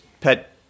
pet